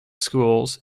schools